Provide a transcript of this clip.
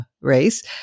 race